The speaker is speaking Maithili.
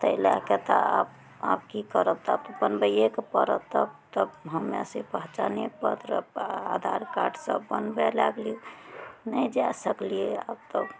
तै लएके तऽ आब आब की करब आब तऽ बनबइएके पड़त तऽ हमे से पहचाने पत्र आधार कार्ड सभ बनबय लागलियै नहि जा सकलियै आब तऽ